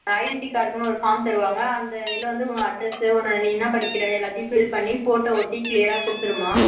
identity கார்டுக்கென்னு ஒரு form தருவாங்க அந்த இதில் வந்து உங்கள் அட்ரஸு ஒன்ன நீ என்ன படிக்கிற எல்லாத்தையும் ஃபில் பண்ணி போட்டோ ஒட்டி எல்லாத்தையும் கிளியராக கொடுத்துடுமா